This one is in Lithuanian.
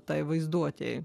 tai vaizduotei